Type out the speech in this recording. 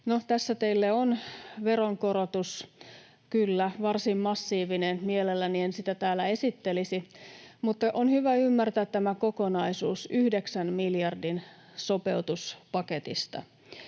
tässä teille on veronkorotus. Kyllä, varsin massiivinen — mielelläni en sitä täällä esittelisi. Mutta on hyvä ymmärtää tämä kokonaisuus yhdeksän miljardin sopeutuspaketista.